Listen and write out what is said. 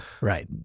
right